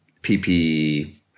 PPE